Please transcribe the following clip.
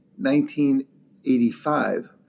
1985